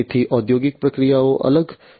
તેથી ઔદ્યોગિક પ્રક્રિયાઓ અલગ છે